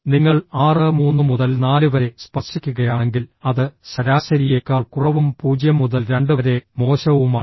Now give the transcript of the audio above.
നിങ്ങൾ ആറ് മൂന്ന് മുതൽ നാല് വരെ സ്പർശിക്കുകയാണെങ്കിൽ അത് ശരാശരിയേക്കാൾ കുറവും പൂജ്യം മുതൽ രണ്ട് വരെ മോശവുമാണ്